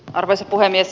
arvoisa puhemies